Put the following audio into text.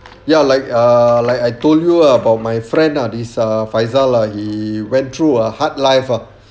ya like uh like I told you about my friend ah this ah faizal lah he went through a hard life ah